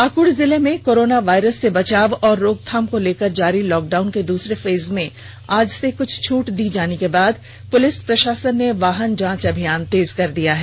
पाकुड़ जिले में corona virus से बचाव और रोकथाम को लेकर जारी लॉकडाउन के दूसरे फेज में आज से कुछ छूट दिए जाने के बाद पुलिस प्रसासन ने वाहन जांच अभियान तेज कर दिया है